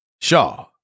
Shaw